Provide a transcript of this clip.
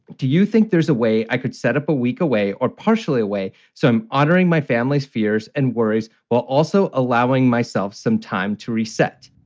do you think there's a way i could set up a week away or partially away? so i'm honoring my family's fears and worries while also allowing myself some time to reset